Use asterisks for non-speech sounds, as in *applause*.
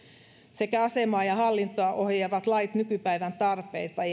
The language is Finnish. sekä asemaa ja hallintoa ohjaavat lait nykypäivän tarpeita *unintelligible*